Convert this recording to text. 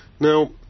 Now